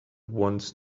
once